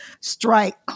strike